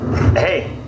hey